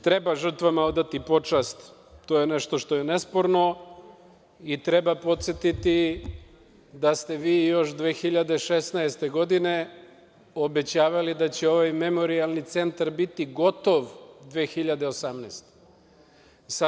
Treba žrtvama odati počast, to je nešto što je nesporno i treba podsetiti da ste vi još 2016. godine obećavali da će ovaj memorijalni centar biti gotov 2018. godine.